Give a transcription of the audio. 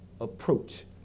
approach